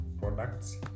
products